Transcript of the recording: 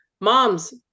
moms